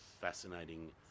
fascinating